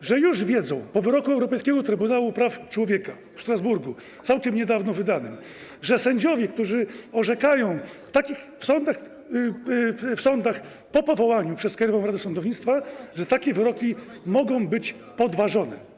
że już wiedzą po wyroku Europejskiego Trybunału Praw Człowieka w Strasburgu, całkiem niedawno wydanym, że sędziowie, którzy orzekają w takich w sądach po powołaniu przez Krajową Radę Sądownictwa... że takie wyroki mogą być podważone.